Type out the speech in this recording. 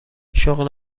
شغل